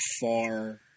far